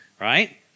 right